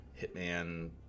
hitman